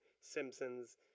Simpsons